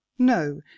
No